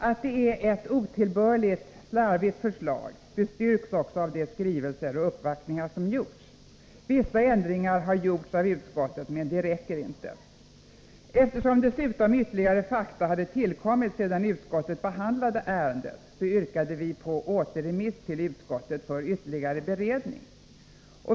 Att det är ett otillbörligt hafsigt förslag bestyrks även av de skrivelser och uppvaktningar som har förekommit. Vissa ändringar har också gjorts av utskottet, men de räcker inte på något vis. Eftersom dessutom ytterligare fakta hade tillkommit sedan utskottet behandlade ärendet, yrkade vi på återremiss till utskottet för ytterligare beredning.